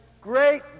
great